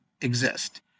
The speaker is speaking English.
exist